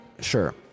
Sure